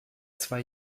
zwei